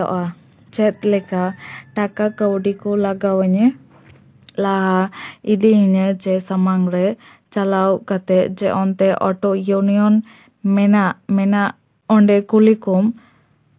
ᱱᱟᱯᱟᱭᱚᱜᱼᱟ ᱪᱮᱫ ᱞᱮᱠᱟ ᱴᱟᱠᱟ ᱠᱟᱹᱣᱰᱤ ᱠᱚ ᱞᱟᱜᱟᱣ ᱤᱧᱟᱹ ᱞᱟᱦᱟ ᱤᱫᱤ ᱤᱧ ᱢᱮ ᱥᱟᱢᱟᱝ ᱨᱮ ᱪᱟᱞᱟᱣ ᱠᱟᱛᱮᱫ ᱡᱮ ᱚᱱᱛᱮ ᱚᱴᱳ ᱤᱭᱩᱱᱤᱭᱚᱱ ᱢᱮᱱᱟᱜ ᱢᱮᱱᱟᱜ ᱚᱸᱰᱮ ᱠᱩᱞᱤ ᱠᱚᱢ